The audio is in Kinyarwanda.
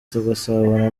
tugasabana